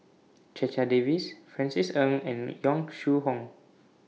Checha Davies Francis Ng and Yong Shu Hoong